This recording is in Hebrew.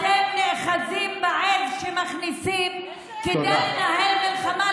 אתם נאחזים בעז שמכניסים כדי לנהל מלחמה,